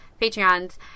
Patreons